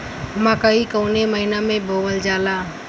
मकई कवने महीना में बोवल जाला?